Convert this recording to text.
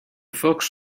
fox